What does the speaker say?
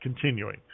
continuing